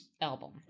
album